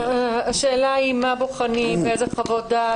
השאלה היא מה בוחנים ואיזה חוות דעות